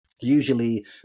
usually